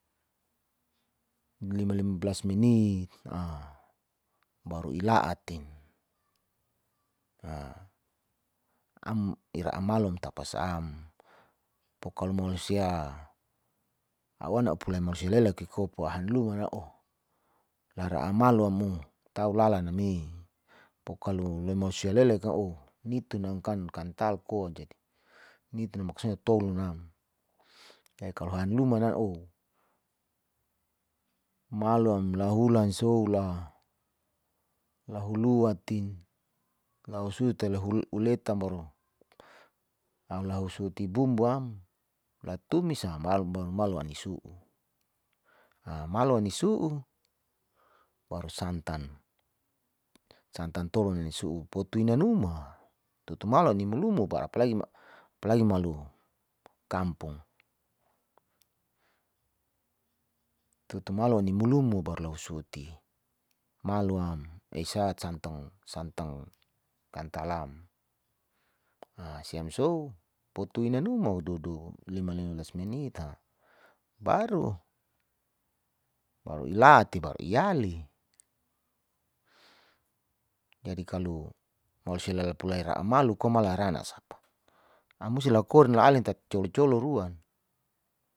Lima lima balas menit baru ilaatin am ira amalom tapas'am pokalo malusia, a'u wana apuli lelaki kopo hanluma naoh lara amalo amo tau lala name, pokalo lemalusia lele kah oh nitunang kan kantal koa, jadi nituna maksutnya tolo nam jadi kalo hanluma nanoh malo am lahulu soula, lahuluti la ausuit le uletan baru, lahu lahu suiti bumbu am ltumis malo malo malo anisu'u. A malo anisu'u baru santan, santan tolo nanisu'u poto inanumu tutu malo imulumu baru apa lai malo kampung tutu malo ini mulumu baru lahusote, maloam esat santang santang kantalam asiam sou poto inanuma a'u dodo lima lima belas menit baru ilati baru iale. Jadi kalo malosia lalapulai ra'a malo komala arana sapa, au musi lu korin lalin tapi colo-colo ruan.